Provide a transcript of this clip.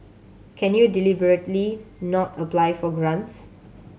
can you deliberately not apply for grants